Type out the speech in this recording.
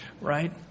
Right